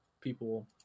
people